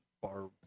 bar